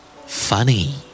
Funny